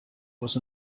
was